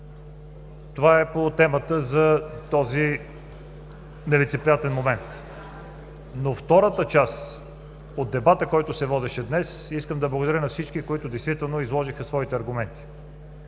Това е по темата за този нелицеприятен момент. За втората част от дебата, който се водеше днес, искам да благодаря на всички, които изложиха своите аргументи,